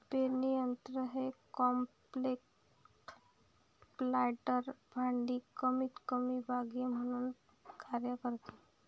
पेरणी यंत्र हे कॉम्पॅक्ट प्लांटर भांडी कमीतकमी बागे म्हणून कार्य करतात